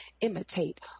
imitate